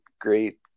great